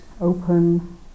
open